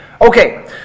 Okay